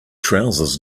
trousers